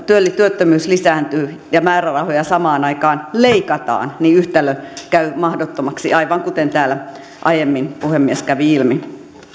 työttömyys lisääntyy ja määrärahoja samaan aikaan leikataan yhtälö käy mahdottomaksi aivan kuten täällä aiemmin puhemies kävi ilmi